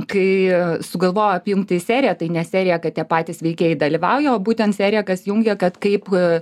kai sugalvojau apjungti į seriją tai ne seriją kad tie patys veikėjai dalyvauja o būtent serija kas jungia kad kaip e